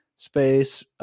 Space